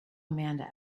amanda